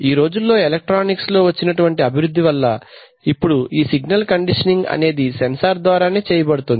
ఈ రోజుల్లో ఎలక్ట్రానిక్స్ లో వచ్చినటువంటి అభివృద్ధి వల్ల ఇప్పుడు ఈ సిగ్నల్ కండిషనింగ్ అనేది సెన్సార్ ద్వారానే చేయబడుతుంది